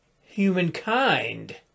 Humankind